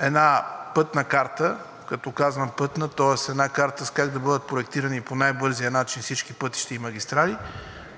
една пътна карта, като казвам пътна, тоест една карта как да бъдат проектирани по най бързия начин всички пътища и магистрали,